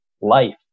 life